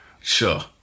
Sure